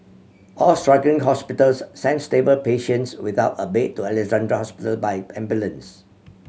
all struggling hospitals sent stable patients without a bed to Alexandra Hospital by ambulance